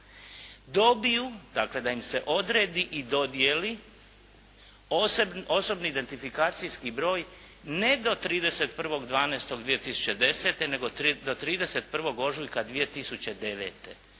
dobiju, dakle da im se odredi i dodijeli osobni identifikacijski broj ne do 31.12.2010. nego do 31. ožujka 2009.,